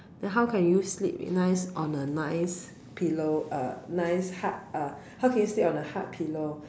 then how can you sleep nice on a nice pillow uh nice hard uh how can you sleep on a hard pillow